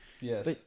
Yes